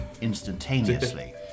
instantaneously